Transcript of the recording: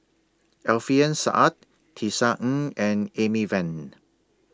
Alfian Sa'at Tisa Ng and Amy Van